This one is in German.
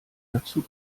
dazu